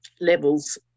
levels